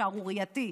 שערורייתי.